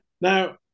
Now